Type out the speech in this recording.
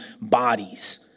bodies